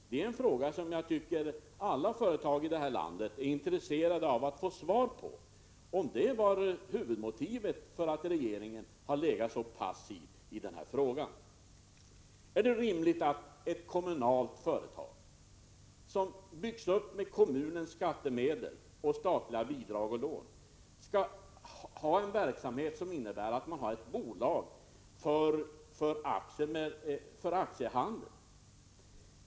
Det är en fråga som jag tror alla företag i detta land är intresserade av att få svar på. Är detta huvudmotivet till att regeringen varit så passiv i denna fråga? Är det rimligt att ett kommunalt företag som byggts upp med kommunens skattemedel samt statliga bidrag och lån skall ha bolag för aktiehandel?